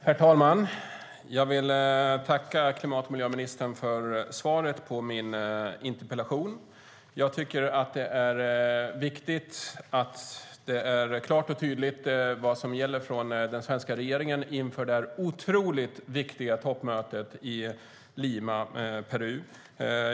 Herr talman! Jag vill tacka klimat och miljöministern för svaret på min interpellation. Jag tycker att det är viktigt att det är klart och tydligt vad som gäller från den svenska regeringen inför det otroligt viktiga toppmötet i Lima i Peru.